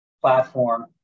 platform